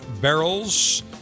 barrels